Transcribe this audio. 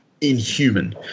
inhuman